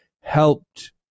helped